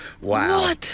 Wow